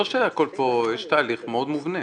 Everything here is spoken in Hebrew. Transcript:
יש תהליך מאוד מובנה.